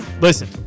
listen